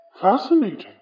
Fascinating